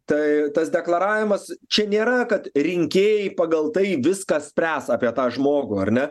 tai tas deklaravimas čia nėra kad rinkėjai pagal tai viską spręs apie tą žmogų ar ne